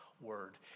word